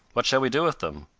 what shall we do with them?